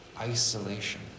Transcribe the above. Isolation